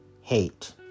hate